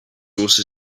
also